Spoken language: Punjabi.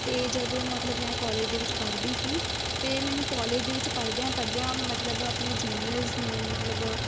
ਅਤੇ ਜਦੋਂ ਮਤਲਬ ਮੈਂ ਕੋਲੇਜ ਦੇ ਵਿੱਚ ਪੜ੍ਹਦੀ ਸੀ ਅਤੇ ਮੈਨੂੰ ਕੋਲੇਜ ਦੇ ਵਿੱਚ ਪੜ੍ਹਦਿਆਂ ਪੜ੍ਹਦਿਆਂ ਮਤਲਬ ਆਪਣੇ ਜੂਨੀਅਰਜ ਨੂੰ ਮਤਲਬ